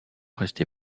rester